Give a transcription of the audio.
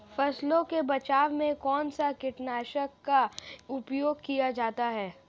फसलों के बचाव में कौनसा कीटनाशक का उपयोग किया जाता है?